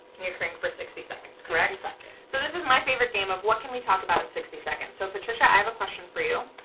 can you cream for sixty seconds correct? so this is my favorite game of what can we talk about in sixty seconds so patricia, i have a question for you.